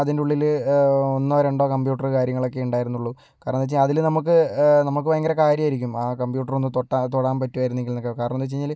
അതിൻ്റെ ഉള്ളിൽ ഒന്നോ രണ്ടോ കമ്പ്യൂട്ടർ കാര്യങ്ങളൊക്കെ ഉണ്ടായിരുന്നുള്ളൂ കാരണമെന്താണെന്ന് വെച്ചാൽ അതിൽ നമുക്ക് നമുക്ക് ഭയങ്കര കാര്യമായിരിക്കും ആ കമ്പ്യൂട്ടർ ഒന്ന് തൊട്ടാൽ അത് തൊടാൻ പറ്റുമായിരുന്നെങ്കിൽ എന്നൊക്കെ കാരണമെന്താണെന്ന് വെച്ച് കഴിഞ്ഞാൽ